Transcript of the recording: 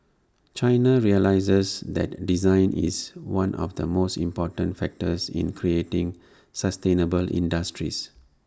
China realises that design is one of the most important factors in creating sustainable industries